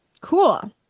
Cool